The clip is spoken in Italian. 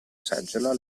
seggiola